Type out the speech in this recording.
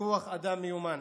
וכוח אדם מיומן,